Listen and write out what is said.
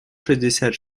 шестьдесят